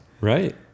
Right